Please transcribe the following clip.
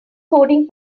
coding